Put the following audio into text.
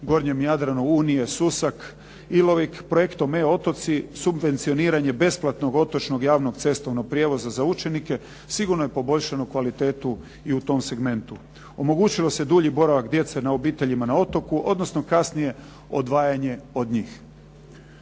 gornjem Jadranu, Unije, Susak, Ilovik, projektom e-otoci subvencioniranje besplatnog otočnog, javnog, cestovnog prijevoza za učenike sigurno je poboljšalo kvalitetu i u tom segmentu. Omogućilo se duži boravak djece na obiteljima na otoku, odnosno kasnije odvajanje od njih.